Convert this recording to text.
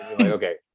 Okay